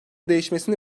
değişmesini